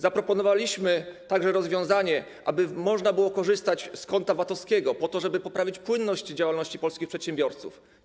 Zaproponowaliśmy także rozwiązanie, aby można było korzystać z konta VAT-owskiego, po żeby poprawić płynność działalności polskich przedsiębiorców.